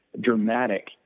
dramatic